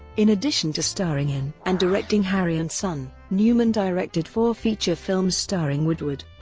in addition to starring in and directing harry and son, newman directed four feature films starring woodward.